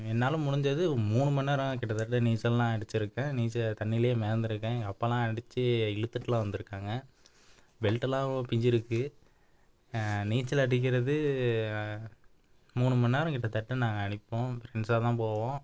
என்னால் முடிஞ்சது மூணு மணிநேரம் கிட்டத்தட்ட நீச்சலெல்லாம் அடிச்சுருக்கேன் நீச்சல் தண்ணிலேயே மிதந்துருக்கேன் எங்கள் அப்பாவெலாம் அடிச்சு இழுத்துட்டுலாம் வந்திருக்காங்க பெல்ட்டெலாம் பிஞ்சுருக்கு நீச்சல் அடிக்கிறது மூணு மணிநேரம் கிட்டத்தட்ட நாங்கள் அடிப்போம் ஃப்ரெண்ட்ஸாக தான் போவோம்